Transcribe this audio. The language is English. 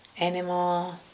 animal